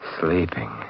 Sleeping